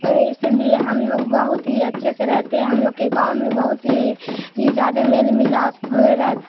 اس لیے ہم لوگ بہت ہی اچھے سے رہتے ہیں ہم لوگ کے گاؤں میں بہت ہی ہی زیادہ میل ملاپ رہ